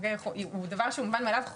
הוא דבר שמובן מאליו,